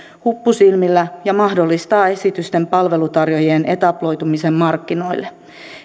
huppu silmillä ja mahdollistaa esitysten palveluntarjoajien etabloitumisen markkinoille